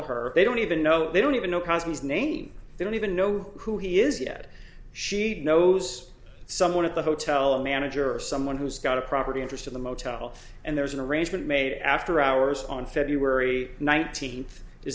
her they don't even know they don't even know cousin's name they don't even know who he is yet she knows someone at the hotel manager or someone who's got a property interest in the motel and there's an arrangement made after hours on feb nineteenth is